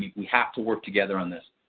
we have to work together on this.